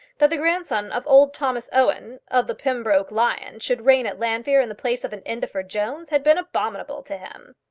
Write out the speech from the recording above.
that the grandson of old thomas owen, of the pembroke lion, should reign at llanfeare in the place of an indefer jones had been abominable to him.